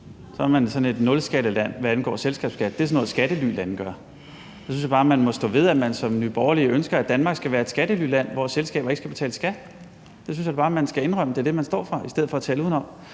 0, er man et nulskatteland, hvad angår selskabsskatten. Det er sådan noget, skattelylande gør. Så synes jeg bare, at man i Nye Borgerlige må stå ved, at man ønsker, at Danmark skal være et skattelyland, hvor selskaber ikke skal betale skat. Det synes jeg bare man skal indrømme er det, man står for, i stedet for at tale udenom.